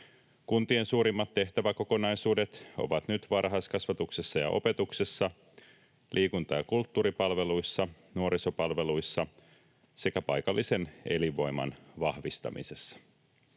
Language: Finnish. Kuntien suurimmat tehtäväkokonaisuudet ovat nyt varhaiskasvatuksessa ja opetuksessa, liikunta- ja kulttuuripalveluissa, nuorisopalveluissa sekä paikallisen elinvoiman vahvistamisessa.